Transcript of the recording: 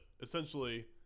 essentially